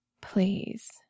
please